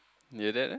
your dad leh